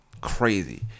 crazy